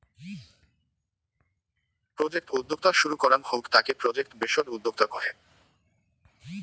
project উদ্যোক্তা শুরু করাঙ হউক তাকে প্রজেক্ট বেসড উদ্যোক্তা কহে